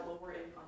lower-income